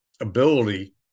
ability